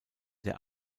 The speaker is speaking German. der